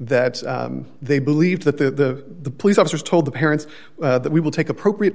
that they believe that the police officers told the parents that we will take appropriate